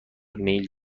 میل